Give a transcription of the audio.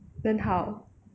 then how